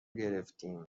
گرفتیم